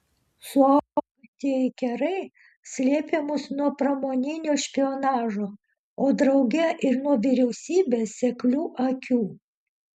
saugantieji kerai slėpė mus nuo pramoninio špionažo o drauge ir nuo vyriausybės seklių akių